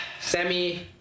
semi